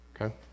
okay